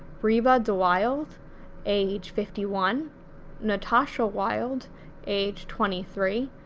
riba dewilde age fifty one natasha wild age twenty three,